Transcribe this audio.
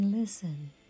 Listen